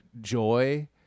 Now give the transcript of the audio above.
joy